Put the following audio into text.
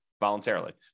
voluntarily